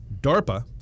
DARPA